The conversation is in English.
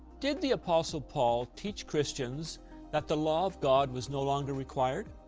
did the apostle paul teach christians that the law of god was no longer required?